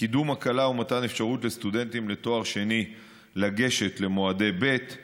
קידום הקלה ומתן אפשרות לסטודנטים לתואר שני לגשת למועדי ב';